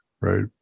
right